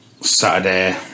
Saturday